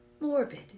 morbid